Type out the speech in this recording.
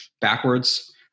backwards